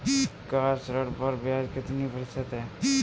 Car ऋण पर ब्याज कितने प्रतिशत है?